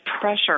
pressure